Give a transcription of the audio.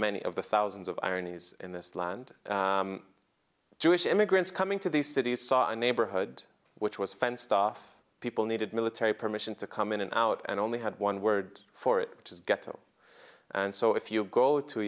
many of the thousands of ironies in this land jewish immigrants coming to these cities saw a neighborhood which was fenced off people needed military permission to come in and out and only had one word for it which is ghetto and so if you go to